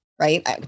right